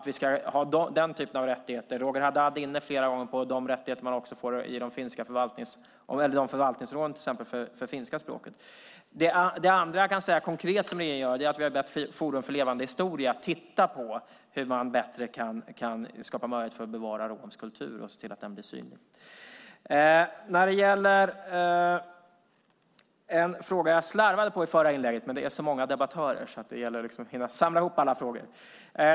Vi ska ha den typen av rättigheter. Roger Haddad var flera gånger inne på de rättigheter man får i förvaltningsområdet för till exempel finska språket. Det andra jag kan säga att regeringen gör konkret är att vi har bett Forum för levande historia att titta på hur man bättre kan skapa möjligheter för att bevara romsk kultur och se till att den blir synlig. Det finns en fråga som jag slarvade med i förra inlägget. Det är så många debattörer att det gäller att hinna samla ihop alla frågor.